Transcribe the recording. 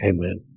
Amen